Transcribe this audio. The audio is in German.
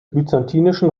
byzantinischen